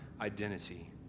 identity